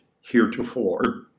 heretofore